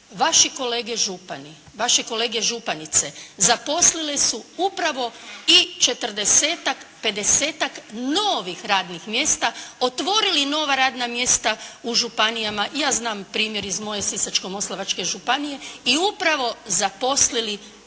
vaši kolege županice zaposlili su upravo i četrdesetak, pedesetak novih radnih mjesta, otvorili nova radna mjesta u županijama. Ja znam primjer iz moje Sisačko-moslavačke županije i upravo zaposlili